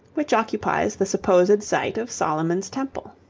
which occupies the supposed site of solomon's temple.